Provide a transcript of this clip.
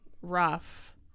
rough